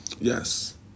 Yes